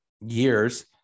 years